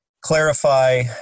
clarify